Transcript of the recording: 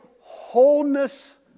wholeness